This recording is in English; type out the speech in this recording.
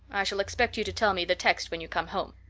i shall expect you to tell me the text when you come home.